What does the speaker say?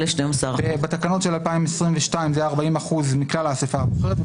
בתקנות של 2022 זה היה 40% מכלל האסיפה הבוחרת.